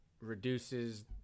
Reduces